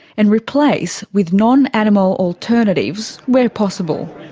and replace with non-animal alternatives where possible.